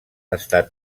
estat